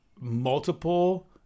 multiple